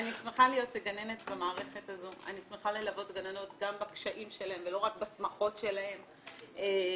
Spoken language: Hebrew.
שמחה ללוות גננות גם בקשיים שלהן ולא רק בשמחות שלהן.